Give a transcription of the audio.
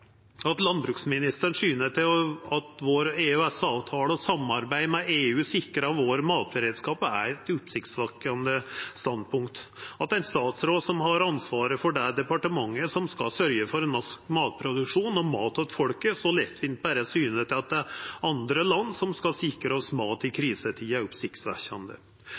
At landbruksministeren syner til at EØS-avtala og samarbeid med EU sikrar matberedskapen vår, er eit oppsiktsvekkjande standpunkt. At ein statsråd som har ansvaret for det departementet som skal sørgja for norsk matproduksjon og mat til folket, så lettvint berre syner til at det er andre land som skal sikra oss mat i krisetider, er oppsiktsvekkjande.